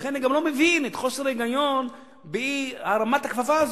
לכן אני גם לא מבין את חוסר ההיגיון באי-הרמת הכפפה הזאת,